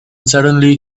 suddenly